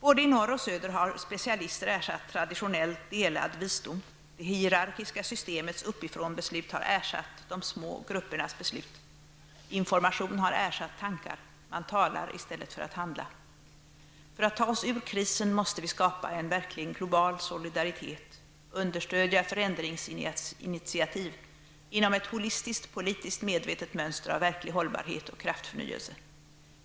Både i norr och söder har specialister ersatt traditionell delad visdom; det hierarkiska systemets uppifrån-beslut har ersatt de små gruppernas beslut, information har ersatt tankar, man talar i stället för att handla. För att ta oss ur krisen måste vi skapa en verkligt global solidaritet, understödja förändringsinitiativ inom ett holistiskt, politiskt medvetet mönster av verklig hållbarhet och kraftförnyelse.